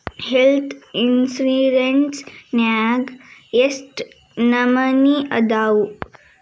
Health insurance ನ್ಯಾಗ್ ಯೆಷ್ಟ್ ನಮನಿ ಅದಾವು?